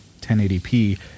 1080p